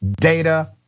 Data